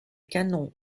canon